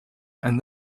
and